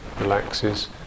relaxes